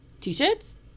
T-shirts